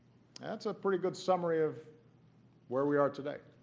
that's a pretty good summary of where we are today.